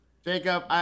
Jacob